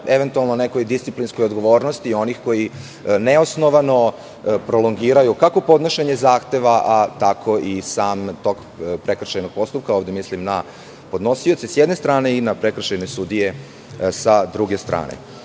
na nekoj disciplinskoj odgovornosti onih koji neosnovano prolongiraju kako podnošenja zahteva, tako i sam tok prekršajnog postupka, gde mislim na podnosioce sa jedne strane i na prekršajne sudije sa druge strane.U